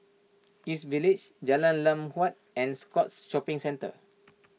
East Village Jalan Lam Huat and Scotts Shopping Centre